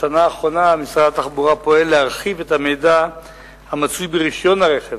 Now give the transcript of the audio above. בשנה האחרונה משרד התחבורה פועל להרחיב את המידע המצוי ברשיון הרכב,